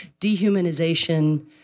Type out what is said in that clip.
dehumanization